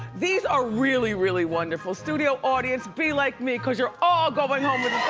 these are really really wonderful. studio audience be like me cause you're all going home with